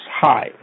high